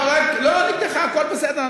לא נגדך, הכול בסדר.